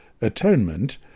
Atonement